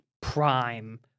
prime